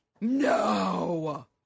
No